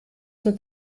mit